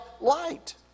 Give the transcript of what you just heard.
light